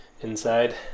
inside